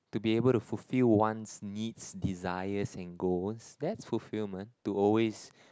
to be able to fullfill one's needs desires and goals that's fulfilment to always